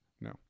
No